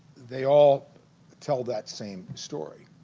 they all tell that same story